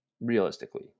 realistically